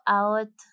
out